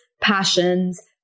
passions